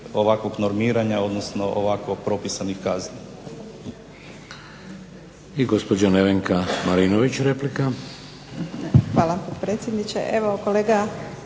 ovakvog normiranja odnosno ovako propisanih kazni.